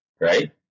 Right